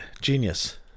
Genius